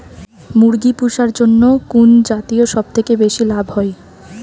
মুরগি পুষার জন্য কুন জাতীয় সবথেকে বেশি লাভ হয়?